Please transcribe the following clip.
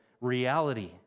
reality